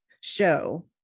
show